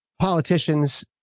politicians